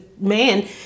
man